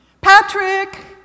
Patrick